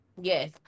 Yes